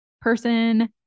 Person